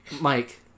Mike